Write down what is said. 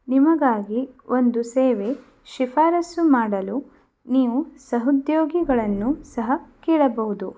ನಿಮಗಾಗಿ ಒಂದು ಸೇವೆ ಶಿಫಾರಸ್ಸು ಮಾಡಲು ನೀವು ಸಹೋದ್ಯೋಗಿಗಳನ್ನು ಸಹ ಕೇಳಬಹುದು